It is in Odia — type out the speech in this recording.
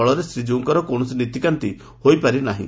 ଫଳରେ ଶ୍ରୀଜୀଉଙ୍କର କୌଶସି ନୀତିକାନ୍ତି ହୋଇପାରି ନାହିଁ